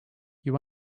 you